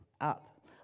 up